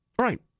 Right